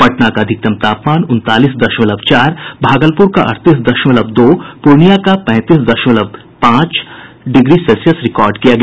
पटना का अधिकतम तापमान उनतालीस दशमलव चार भागलपुर का अड़तीस दशमलव दो और पूर्णिया का पैंतीस दशमलव पांच डिग्री सेल्सियस रिकॉर्ड किया गया